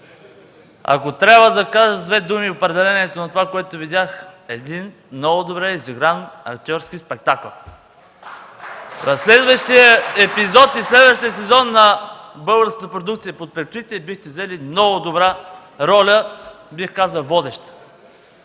Ако трябва да кажа с две думи определението на това, което видях – един много добре изигран актьорски спектакъл. (Ръкопляскания от ГЕРБ.) В следващия сезон на българската продукция „Под прикритие” бихте взели много добра роля, бих казал – водеща.